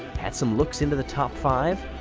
had some looks into the top five.